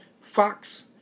Fox